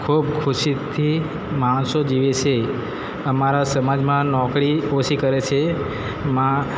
ખૂબ ખુશીથી માણસો જીવે છે અમારા સમાજમાં નોકરી ઓછી કરે છે માં